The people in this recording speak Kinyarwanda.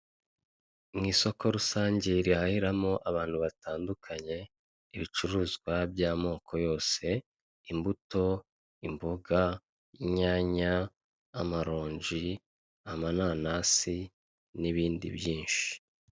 Mu isoko rusange rihahiramo abantu batandukanye ibicuruzwa by'amoko yose imbuto, imboga, inyanya, amaronji, amananasi n'ibindi byinshi.